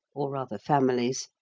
or rather families,